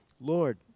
Lord